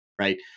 right